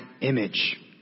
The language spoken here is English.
image